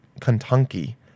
Kentucky